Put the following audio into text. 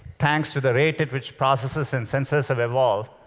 thanks to the rate at which processors and sensors have evolved,